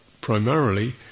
primarily